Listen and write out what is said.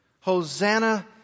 Hosanna